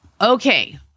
Okay